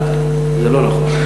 זה לא נכון.